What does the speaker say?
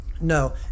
No